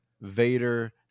vader